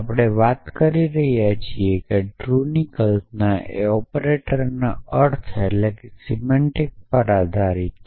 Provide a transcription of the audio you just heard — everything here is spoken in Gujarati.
આપણે વાત કરી રહ્યા છીએ ટ્રૂની કલ્પના એ ઑપરેટર્સના અર્થ પર આધારીત છે